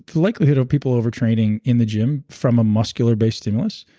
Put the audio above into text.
likelihood of people over-training in the gym from a muscular-based stimulus,